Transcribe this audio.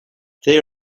they